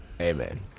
Amen